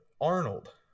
Arnold